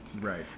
Right